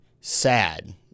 sad